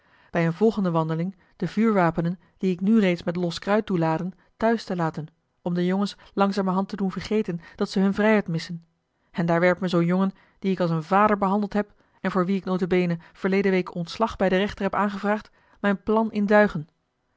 bij eene volgende wandeling de vuurwapenen die ik nu reeds met los kruid doe laden thuis te laten om de jongens langzamerhand te doen vergeten dat ze hunne vrijheid missen en daar werpt me zoo'n jongen dien ik als een vader behandeld heb en voor wien ik nota bene verleden week ontslag bij den rechter heb aangevraagd mijn plan in duigen